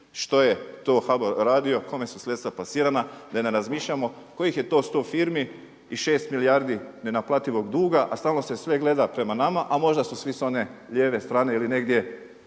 što je to HBOR radio, kome su sredstva pasirana da ne razmišljamo kojih je to 100 firmi i 6 milijardi nenaplativog duga a stalno se sve gleda prema nama a možda su svi s one lijeve strane ili negdje